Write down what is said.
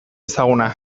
ezaguna